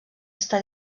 està